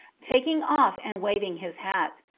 taking off and waving his hat.